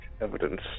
evidence